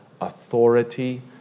authority